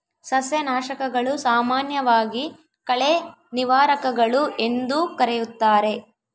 ಸಸ್ಯನಾಶಕಗಳು, ಸಾಮಾನ್ಯವಾಗಿ ಕಳೆ ನಿವಾರಕಗಳು ಎಂದೂ ಕರೆಯುತ್ತಾರೆ